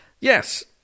Yes